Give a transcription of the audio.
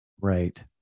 right